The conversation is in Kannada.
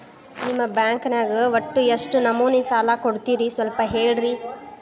ನಿಮ್ಮ ಬ್ಯಾಂಕ್ ನ್ಯಾಗ ಒಟ್ಟ ಎಷ್ಟು ನಮೂನಿ ಸಾಲ ಕೊಡ್ತೇರಿ ಸ್ವಲ್ಪ ಹೇಳ್ರಿ